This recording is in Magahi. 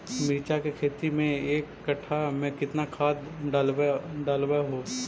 मिरचा के खेती मे एक कटा मे कितना खाद ढालबय हू?